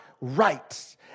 right